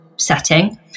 Setting